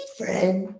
friend